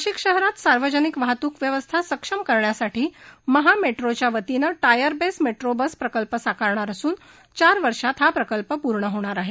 नाशिक शहरात सार्वजनिक वाहतूक व्यवस्था सक्षम करण्यासाठी महा मेट्रोच्या वतीनं टायर बेस मेट्रो बस प्रकल्प साकारणार असुन चार वर्षात हा प्रकल्प पूर्ण होणार आहे